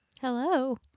Hello